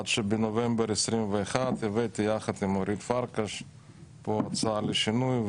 עד שבנובמבר 2021 הבאתי יחד עם אורית פרקש הצעה לשינוי,